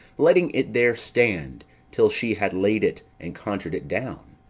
letting it there stand till she had laid it and conjur'd it down.